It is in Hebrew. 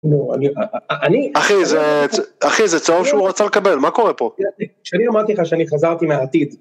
אחי זה צהוב שהוא רצה לקבל, מה קורה פה? שאני אמרתי לך שאני חזרתי מהעתיד